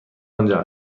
آنجا